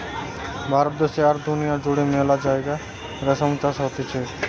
ভারত দ্যাশে আর দুনিয়া জুড়ে মেলা জাগায় রেশম চাষ হতিছে